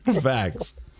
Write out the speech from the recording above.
Facts